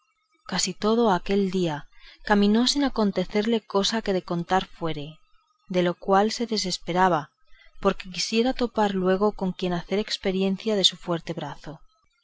casi todo aquel día caminó sin acontecerle cosa que de contar fuese de lo cual se desesperaba porque quisiera topar luego luego con quien hacer experiencia del valor de su fuerte brazo